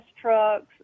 trucks